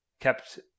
kept